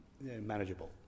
manageable